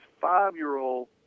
five-year-old